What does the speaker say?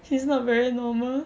she's not very normal